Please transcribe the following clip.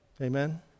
Amen